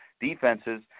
defenses